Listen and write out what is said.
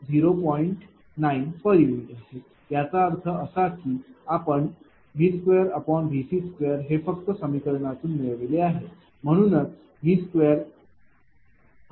आहे याचा अर्थ असा की आपण V2Vc2 हे फक्त या समीकरणातून मिळविले आहे म्हणूनच V2Vc20